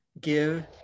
give